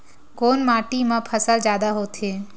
कोन माटी मा फसल जादा होथे?